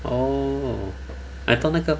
orh I thought 那个